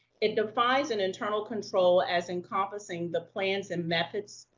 it defines an internal control as encompassing the plans and methods,